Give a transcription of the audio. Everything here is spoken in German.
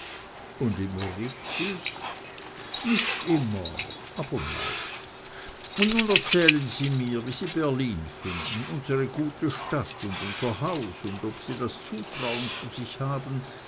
und immer richtig nicht immer aber meist und nun erzählen sie mir wie sie berlin finden unsere gute stadt und unser haus und ob sie das zutrauen zu sich haben